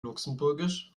luxemburgisch